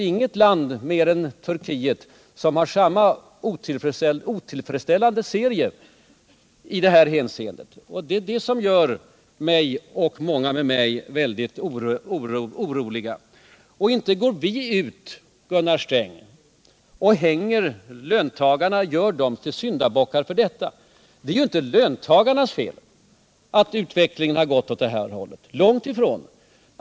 Inget land mer än Turkiet har samma otillfredsställande serie i det här hänseendet, och det gör mig och många med mig väldigt oroliga. Vi går inte ut, Gunnar Sträng, och gör löntagarna till syndabockar för detta. Det är inte löntagarnas fel att utvecklingen har gått åt det här hållet, långt ifrån.